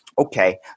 Okay